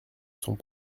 sont